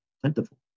plentiful